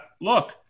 look